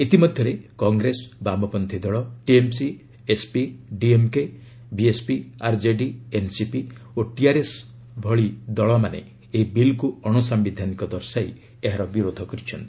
ଇତିମଧ୍ୟରେ କଂଗ୍ରେସ ବାମପଚ୍ଛୀ ଦଳ TMC SP DMK BSP RJD NCP ଓ ଟିଆର୍ଏସ୍ ଆଦି ଦଳ ଏହି ବିଲ୍କୁ ଅଣସାୟିଧାନିକ ଦର୍ଶାଇ ଏହାର ବିରୋଧ କରିଛନ୍ତି